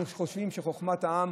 אנחנו חושבים שחוכמת העם,